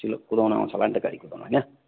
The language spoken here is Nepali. कुदाउन आउँछ होला नि त गाडी कुदाउन होइन